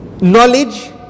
knowledge